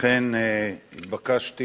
אכן התבקשתי